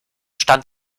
stand